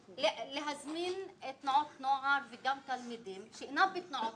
להזמין תנועות נוער וגם תלמידים שאינם חברים בתנועות